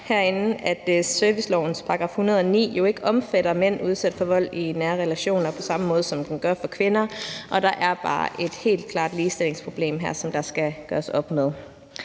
at servicelovens § 109 ikke omfatter mænd udsat for vold i nære relationer på samme måde, som den omfatter kvinder, og der er bare et helt klart ligestillingsproblem her, som der skal gøres op med.